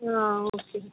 ಹಾಂ ಓಕೆ